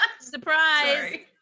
Surprise